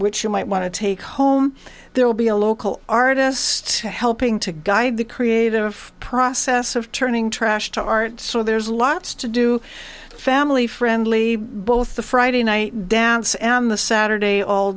which you might want to take home there will be a local artist helping to guide the creative process of turning trash to art so there's lots to do family friendly both the friday night dance and the saturday all